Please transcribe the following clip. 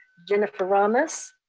jennifer romnis,